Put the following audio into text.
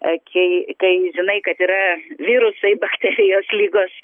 kai kai žinai kad yra virusai bakterijos ligos